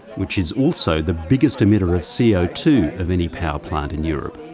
which is also the biggest emitter of c o two of any power plant in europe.